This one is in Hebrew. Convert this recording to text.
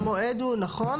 נכון.